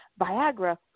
Viagra